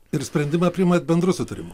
ir sprendimą priimat bendru sutarimu